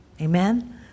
amen